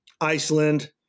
Iceland